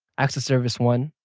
acts of service one,